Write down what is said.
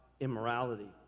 immorality